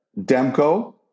Demko